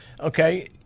okay –